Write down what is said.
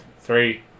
Three